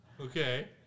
Okay